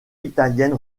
italienne